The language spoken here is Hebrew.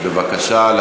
אני נגד רצח, בניגוד לך.